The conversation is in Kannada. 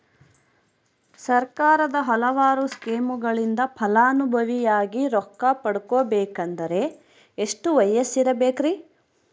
ಸರ್ಕಾರದ ಹಲವಾರು ಸ್ಕೇಮುಗಳಿಂದ ಫಲಾನುಭವಿಯಾಗಿ ರೊಕ್ಕ ಪಡಕೊಬೇಕಂದರೆ ಎಷ್ಟು ವಯಸ್ಸಿರಬೇಕ್ರಿ?